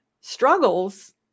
struggles